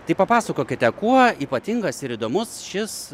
tai papasakokite kuo ypatingas ir įdomus šis